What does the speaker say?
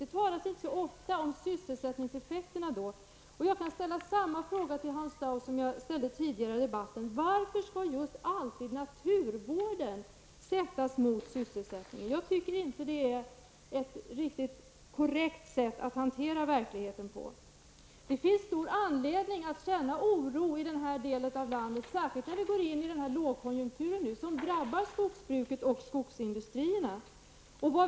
Det talas inte så ofta om sysselsättningseffekterna. Jag kan ställa samma fråga till Hans Dau som jag ställde tidigare i debatten: Varför skall just alltid naturvården sättas mot sysselsättningen? Jag tycker inte att det är ett korrekt sätt att hantera verkligheten på. Det finns all anledning att känna oro i den här delen av landet, särskilt när vi nu går in i den lågkonjunktur som drabbar skogsbruket och skogsindustrierna.